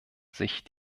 sich